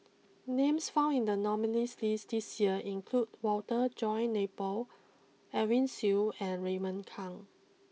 names found in the nominees' list this year include Walter John Napier Edwin Siew and Raymond Kang